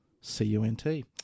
C-U-N-T